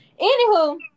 Anywho